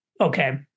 Okay